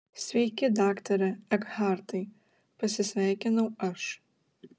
sveiki daktare ekhartai pasisveikinau aš